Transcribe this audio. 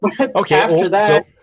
okay